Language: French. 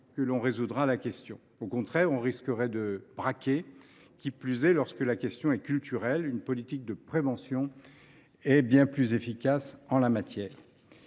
pourrons résoudre le problème. Au contraire, on risquerait de braquer, qui plus est lorsque la question est culturelle. Une politique de prévention est bien plus efficace en la matière.